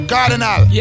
Cardinal